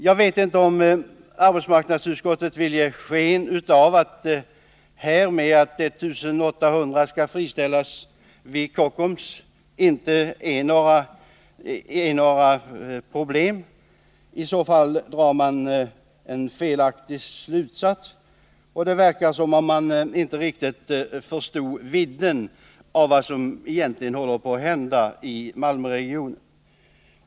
Jag vet inte om arbetsmarknadsutskottet vill ge sken av att det här med att 1 800 skall friställas vid Kockums inte innebär att det blir några problem. I så fall drar man en felaktig slutsats, och det verkar som om man inte riktigt förstod vidden av vad som egentligen håller på att hända i Malmöregionen.